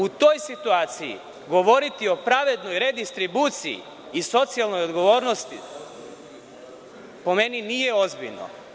U toj situaciji, govoriti o pravednoj redistribuciji i socijalnoj odgovornosti, po meni nije ozbiljno.